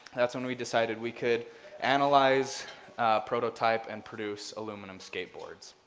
that's when we decided we could analyze prototype and produce aluminum skateboards.